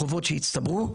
חובות שהצטברו,